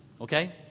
okay